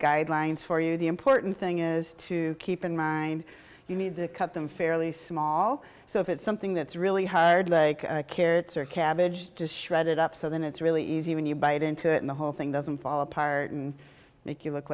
guidelines for you the important thing is to keep in mind you need to cut them fairly small so if it's something that's really hard like carrots or cabbage just shred it up so that it's really easy when you bite into it and the whole thing doesn't fall apart and make you look